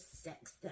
sex